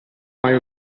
mai